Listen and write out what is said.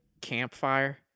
campfire